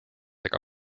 ega